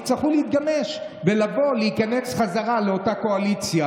יצטרכו להתגמש ולבוא להיכנס בחזרה לאותה קואליציה,